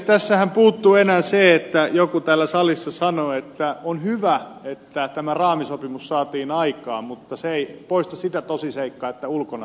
tässähän puuttuu enää se että joku täällä salissa sanoo että on hyvä että tämä raamisopimus saatiin aikaan mutta se ei poista sitä tosiseikkaa että ulkona sataa vettä